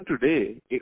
today